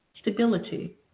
stability